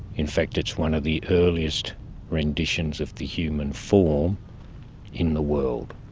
in fact it's one of the earliest renditions of the human form in the world.